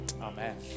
Amen